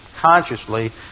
consciously